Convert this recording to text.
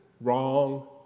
wrong